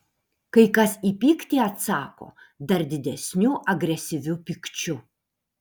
kai kas į pyktį atsako dar didesniu agresyviu pykčiu